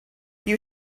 you